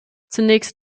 zunächst